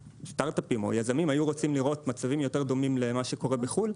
סטארט-אפים או יזמים היו רוצים לראות מצבים יותר דומים למה שקורה בחו"ל,